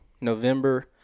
november